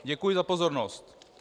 Děkuji za pozornost.